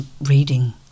reading